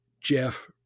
Jeff